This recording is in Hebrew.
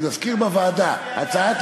אני מזכיר, בוועדה: